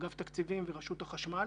אגף התקציבים ורשות החשמל.